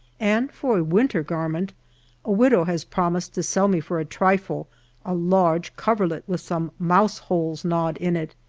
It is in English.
and for a winter garment a widow has promised to sell me for a trifle a large coverlet with some mouse-holes knawed in it.